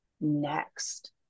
next